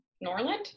Norland